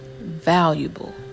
valuable